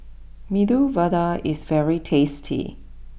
Medu Vada is very tasty